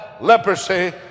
leprosy